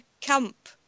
camp